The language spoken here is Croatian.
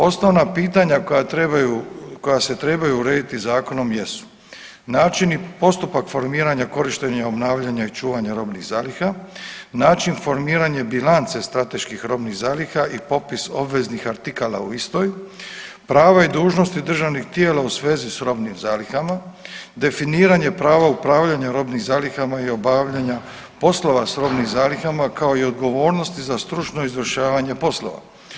Osnovna pitanja koja trebaju, koja se trebaju urediti zakonom jesu: način i postupak formiranja korištenja, obnavljanja i čuvanja robnih zaliha, način formiranje bilance strateških robnih zaliha i popis obveznih artikala u istoj, prava i dužnosti državnih tijela u svezi s robnim zalihama, definiranja prava i upravljanja robnih zalihama i obavljanja poslova s robnim zalihama, kao i odgovornosti za stručno izvršavanje poslova.